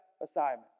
assignment